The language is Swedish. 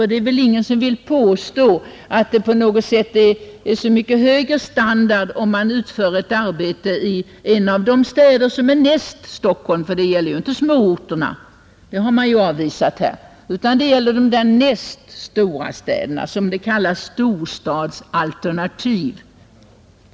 Det är väl ingen som vill påstå att det på något sätt innebär så mycket högre standard, om ett arbete utförs i en stad i storleksgruppen näst efter Stockholm. Det gäller inte småorterna — dem har man avvisat här — utan det gäller de näst största städerna, något som med ett flott ord kallas storstadsalternativ.